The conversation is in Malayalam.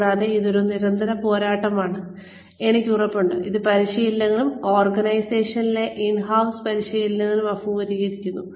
കൂടാതെ ഇത് ഒരു നിരന്തര പോരാട്ടമാണെന്ന് എനിക്ക് ഉറപ്പുണ്ട് അത് പരിശീലകരും ഓർഗനൈസേഷനുകളിലെ ഇൻ ഹൌസ് പരിശീലകരും അഭിമുഖീകരിക്കുന്നു